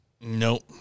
Nope